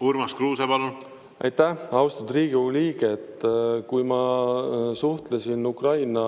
Urmas Kruuse, palun! Aitäh! Austatud Riigikogu liige! Kui ma suhtlesin Ukraina